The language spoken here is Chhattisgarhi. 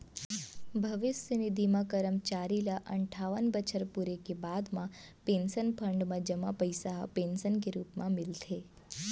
भविस्य निधि म करमचारी ल अनठावन बछर पूरे के बाद म पेंसन फंड म जमा पइसा ह पेंसन के रूप म मिलथे